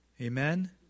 Amen